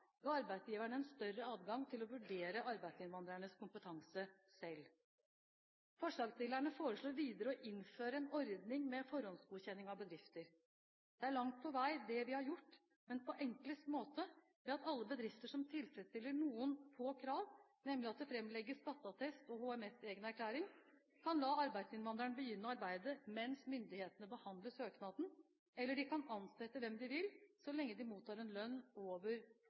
ga arbeidsgiverne en større adgang til å vurdere arbeidsinnvandrernes kompetanse selv. Forslagsstillerne foreslår videre å innføre en ordning med forhåndsgodkjenning av bedrifter. Det er langt på vei det vi har gjort, men på enklest måte, ved at alle bedrifter som tilfredsstiller noen få krav, nemlig at det framlegges skatteattest og HMS-egenerklæring, kan la arbeidsinnvandreren begynne å arbeide mens myndighetene behandler søknaden, eller de kan ansette hvem de vil så lenge arbeidsinnvandreren mottar en lønn over